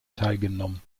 teilgenommen